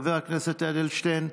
חבר הכנסת אדלשטיין,